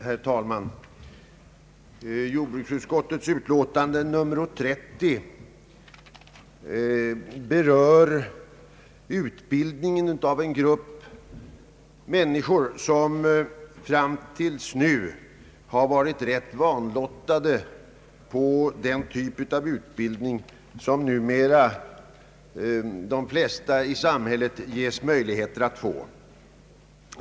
Herr talman! Jordbruksutskottets utlåtande nr 30 berör utbildningen för en grupp människor som fram till nu har varit rätt vanlottade när det gäller den typ av utbildning som de flesta i samhället numera har möjligheter att få.